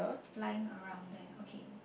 lying around there okay